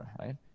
right